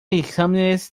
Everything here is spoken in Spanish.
exámenes